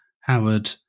Howard